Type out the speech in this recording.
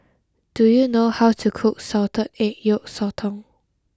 do you know how to cook Salted Egg Yolk Sotong